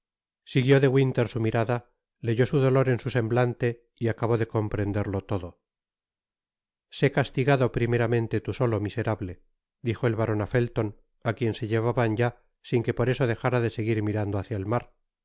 siguió de winter su mirada leyó su dolor en su semblante y acabó de comprenderlo todo sé castigado primeramente tú solo miserable dijo el baron á felton á quien se llevaban ya sin que por eso dejara de seguir mirando hácia el mar